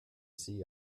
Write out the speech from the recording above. see